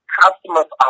customers